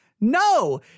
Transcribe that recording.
No